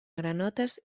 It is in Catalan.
granotes